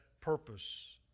purpose